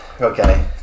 Okay